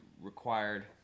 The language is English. required